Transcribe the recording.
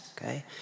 okay